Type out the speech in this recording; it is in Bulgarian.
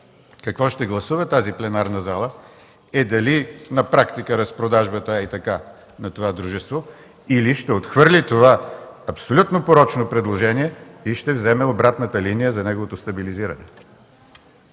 какво ще гласува тази пленарна зала, е дали на практика разпродажбата е хей така на това дружество, или ще отхвърли това абсолютно порочно предложение и ще вземе обратната линия за неговото стабилизиране.